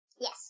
Yes